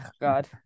god